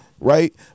right